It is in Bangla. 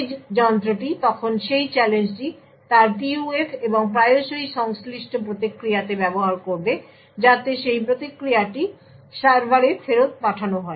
এজ যন্ত্রটি তখন এই চ্যালেঞ্জটি তার PUF এবং প্রায়শই সংশ্লিষ্ট প্রতিক্রিয়াতে ব্যবহার করবে যাতে সেই প্রতিক্রিয়াটি সার্ভারে ফেরত পাঠানো হয়